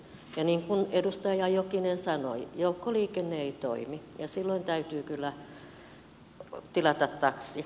niin kuin edustaja jokinen sanoi joukkoliikenne ei toimi ja silloin täytyy kyllä tilata taksi